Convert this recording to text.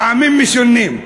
טעמים משונים.